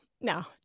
no